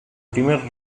primer